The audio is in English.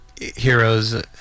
heroes